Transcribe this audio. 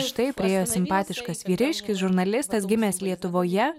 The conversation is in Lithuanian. štai priėjo simpatiškas vyriškis žurnalistas gimęs lietuvoje